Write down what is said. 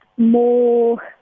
More